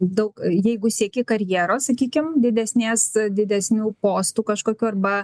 daug jeigu sieki karjeros sakykim didesnės didesnių postų kažkokių arba